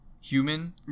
human